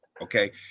Okay